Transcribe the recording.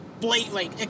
blatantly